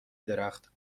درخت